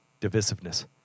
Divisiveness